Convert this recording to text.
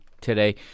today